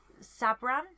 Sabran